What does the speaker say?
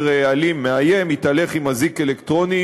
אלים מאיים יתהלך עם אזיק אלקטרוני,